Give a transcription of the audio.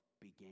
began